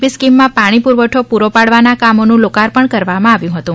પી સ્કીમમાં પાણી પુરવઠો પુરો પાડવાના કામોનું લાકાર્પણ કરવામાં આવ્યું હતું